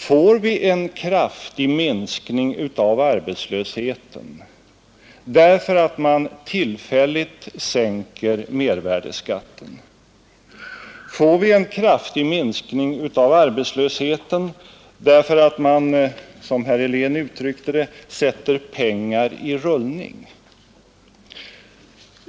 Får vi en kraftig minskning av arbetslösheten därför att man tillfälligt sänker mervärdeskatten? Får vi en kraftig minskning av arbetslösheten därför att man, som herr Helén uttryckte det, sätter pengar i rullning?